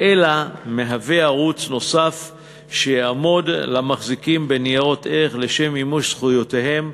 אלא מהווה ערוץ נוסף שיעמוד למחזיקים בניירות ערך לשם מימוש זכויותיהם,